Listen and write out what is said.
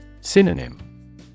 Synonym